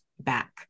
back